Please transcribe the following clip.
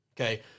Okay